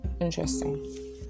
Interesting